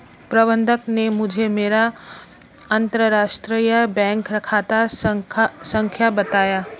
प्रबन्धक ने मुझें मेरा अंतरराष्ट्रीय बैंक खाता संख्या बताया